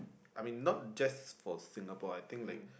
I mean not just for Singapore I think like